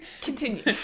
Continue